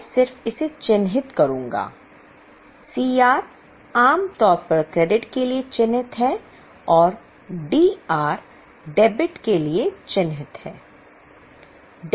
मैं सिर्फ इसे चिह्नित करूंगा Cr आम तौर पर क्रेडिट के लिए चिन्हित है और Dr डेबिट के लिए चिन्हित है